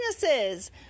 businesses